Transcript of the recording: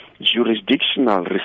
jurisdictional